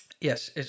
Yes